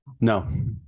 No